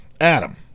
Adam